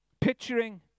picturing